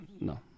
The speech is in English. No